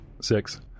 six